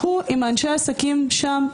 הוא עם אנשי העסקים שם.